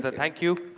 but thank you.